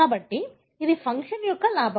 కాబట్టి అది ఫంక్షన్ యొక్క లాభం